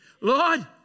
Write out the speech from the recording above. Lord